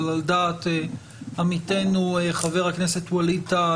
אבל על דעת עמיתנו חבר הכנסת ווליד טאהא,